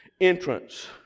Entrance